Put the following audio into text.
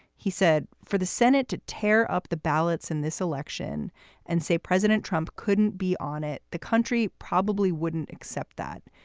he said for the senate to tear up the ballots in this election and say president trump couldn't be on it. the country probably wouldn't accept that.